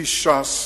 איש ש"ס,